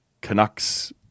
Canucks